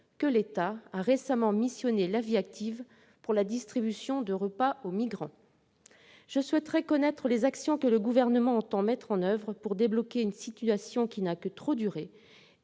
que l'État a récemment missionné La Vie active pour la distribution de repas aux migrants. Monsieur le ministre, je souhaiterais connaître les initiatives que le Gouvernement entend mettre en oeuvre pour débloquer une situation qui n'a que trop duré.